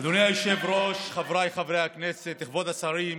אדוני היושב-ראש, חבריי חברי הכנסת, כבוד השרים,